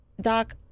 doc